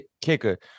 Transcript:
kicker